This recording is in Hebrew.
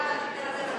נפרדו,